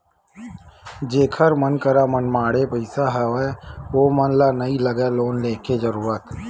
जेखर मन करा मनमाड़े पइसा हवय ओमन ल तो नइ लगय लोन लेके जरुरत